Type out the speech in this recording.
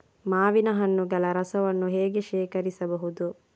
ಮಾವಿನ ಹಣ್ಣುಗಳ ರಸವನ್ನು ಹೇಗೆ ಶೇಖರಿಸಬಹುದು?